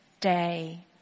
day